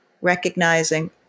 recognizing